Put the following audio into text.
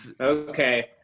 Okay